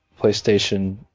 PlayStation